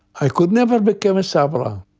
i could never became a sabra.